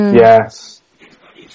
Yes